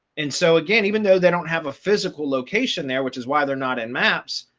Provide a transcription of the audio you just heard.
and so again, even though they don't have a physical location there, which is why they're not in maps,